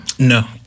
No